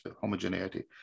homogeneity